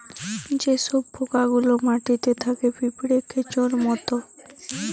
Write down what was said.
যে সব পোকা গুলা মাটিতে থাকে পিঁপড়ে, কেঁচোর মত